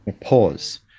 Pause